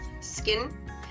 skin